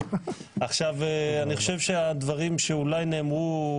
אני חושב שהדברים שאולי נאמרו